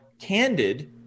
candid